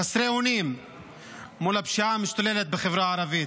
חסרי אונים מול הפשיעה המשתוללת בחברה הערבית.